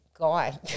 guy